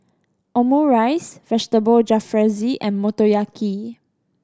Omurice Vegetable Jalfrezi and Motoyaki